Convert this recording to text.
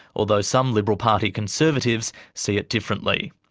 although some liberal party conservatives see it differently.